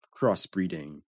crossbreeding